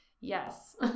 yes